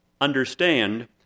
understand